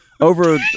Over